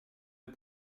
les